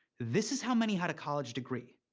this is how many had a college degree.